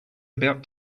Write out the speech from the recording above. about